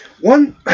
one